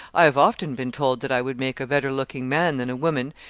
i have often been told that i would make a better looking man than a woman.